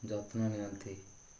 ଯତ୍ନ ନିଅନ୍ତି